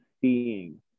seeing